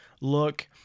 look